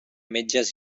metges